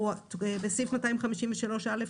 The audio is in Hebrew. בסעיף 253(א)